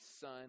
son